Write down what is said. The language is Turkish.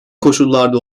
koşullarda